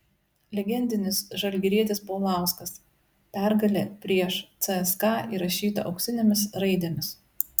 legendinis žalgirietis paulauskas pergalė prieš cska įrašyta auksinėmis raidėmis